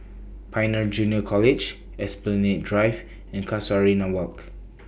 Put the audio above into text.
Pioneer Junior College Esplanade Drive and Casuarina Walk